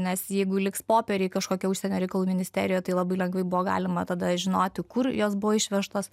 nes jeigu liks popieriai kažkokie užsienio reikalų ministerijoj tai labai lengvai buvo galima tada žinoti kur jos buvo išvežtos